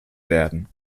werden